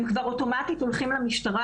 הם כבר אוטומטית הולכים למשטרה,